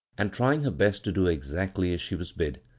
and trying her best to do exactly as she was bid.